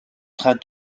train